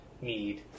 need